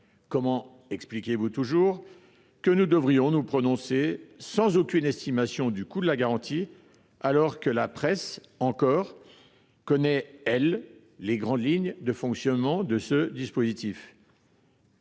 Comment expliquez vous enfin qu’il nous faille nous prononcer sans aucune estimation du coût de la garantie alors que la presse – encore !– connaît, elle, les grandes lignes de fonctionnement de ce dispositif ?